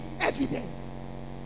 evidence